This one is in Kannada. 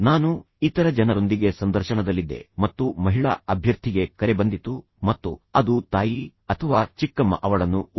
ನಾನು ಇತರ ಜನರೊಂದಿಗೆ ಸಂದರ್ಶನದಲ್ಲಿದ್ದೆ ಮತ್ತು ಮಹಿಳಾ ಅಭ್ಯರ್ಥಿಗೆ ಕರೆ ಬಂದಿತು ಮತ್ತು ಅದು ತಾಯಿ ಅಥವಾ ಚಿಕ್ಕಮ್ಮ ಅವಳನ್ನು ಓಹ್